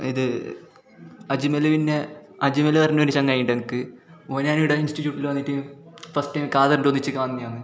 ഇത് അജ്മൽ പിന്നെ അജ്മൽ പറഞ്ഞ ഒരു ചങ്ങാതി ഉണ്ടെനിക്ക് ഓനെ ഞാനിവിടെ ഇൻസിറ്റിറ്റൂട്ടില് വന്നിട്ട് ഫസ്റ്റ് ടൈം കാദറിൻ്റെ ഒന്നിച്ച് കാണ്ന്നെയാണ്